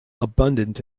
abundant